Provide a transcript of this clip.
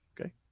Okay